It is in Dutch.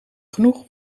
genoeg